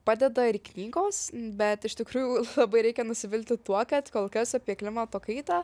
padeda ir knygos bet iš tikrųjų labai reikia nusivilti tuo kad kol kas apie klimato kaitą